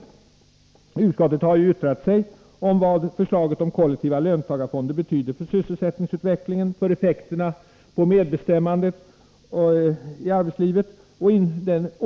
Arbetsmarknadsutskottet har ju yttrat sig om Till yttrandet är fogat en gemensam borgerlig s.k. avvikande mening.